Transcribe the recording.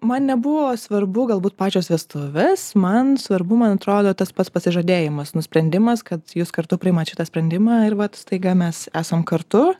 man nebuvo svarbu galbūt pačios vestuvės man svarbu man atrodo tas pats pasižadėjimas nusprendimas kad jūs kartu priimat šitą sprendimą ir vat staiga mes esam kartu